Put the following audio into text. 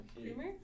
creamer